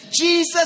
Jesus